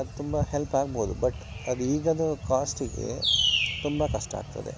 ಅದು ತುಂಬ ಹೆಲ್ಪ್ ಆಗ್ಬಹುದು ಬಟ್ ಅದು ಈಗದು ಕಾಸ್ಟಿಗೆ ತುಂಬ ಕಷ್ಟ ಆಗ್ತದೆ